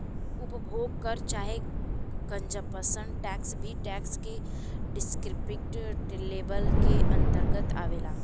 उपभोग कर चाहे कंजप्शन टैक्स भी टैक्स के डिस्क्रिप्टिव लेबल के अंतरगत आवेला